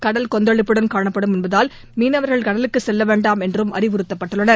கடல் கொந்தளிப்புடன் காணப்படும் என்பதால் மீனவர்கள் கடலுக்கு செல்ல வேண்டாம் என்றும் அறிவுறுத்தப்பட்டுள்ளனர்